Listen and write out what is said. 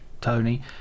Tony